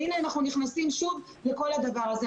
והנה אנחנו נכנסים שוב לכל הדבר הזה.